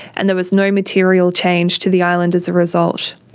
and there was no material change to the island as a result.